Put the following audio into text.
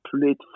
played